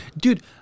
Dude